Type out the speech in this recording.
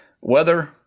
weather